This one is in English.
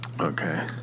Okay